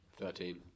Thirteen